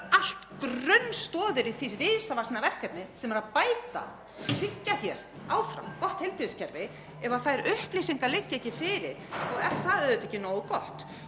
allt grunnstoðir í því risavaxna verkefni sem er að bæta og tryggja hér áfram gott heilbrigðiskerfi — ef þær upplýsingar liggja ekki fyrir þá er það auðvitað ekki nógu gott.